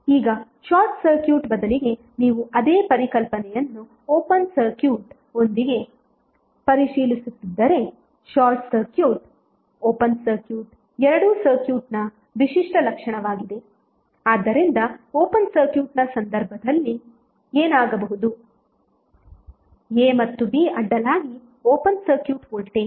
ಈಗ short circuit ಬದಲಿಗೆ ನೀವು ಅದೇ ಪರಿಕಲ್ಪನೆಯನ್ನು ಓಪನ್ ಸರ್ಕ್ಯೂಟ್cir ಒಂದಿಗೆ ಪರಿಶೀಲಿಸುತ್ತಿದ್ದರೆ ಶಾರ್ಟ್ ಸರ್ಕ್ಯೂಟ್ ಮತ್ತು ಓಪನ್ ಸರ್ಕ್ಯೂಟ್ ಎರಡೂ ಸರ್ಕ್ಯೂಟ್ನ ವಿಶಿಷ್ಟ ಲಕ್ಷಣವಾಗಿದೆ ಆದ್ದರಿಂದ ಓಪನ್ ಸರ್ಕ್ಯೂಟ್ನ ಸಂದರ್ಭದಲ್ಲಿ ಏನಾಗಬಹುದು A ಮತ್ತು B ಅಡ್ಡಲಾಗಿ ಓಪನ್ ಸರ್ಕ್ಯೂಟ್ ವೋಲ್ಟೇಜ್